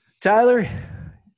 Tyler